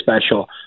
special